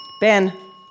Ben